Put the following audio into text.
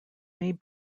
may